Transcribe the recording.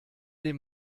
dem